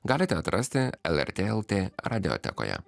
galite atrasti lrt lt radiotekoje